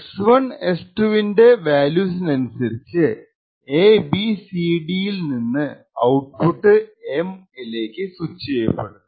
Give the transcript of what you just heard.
S1 എസ്2 വിന്റെ വാല്യൂസിനനുസരിച്ചു എബിസിഡി യിൽ ഒന്ന് ഔട്ട്പുട്ട് എം ലേക്ക് സ്വിച്ച് ചെയ്യപ്പെടുന്നു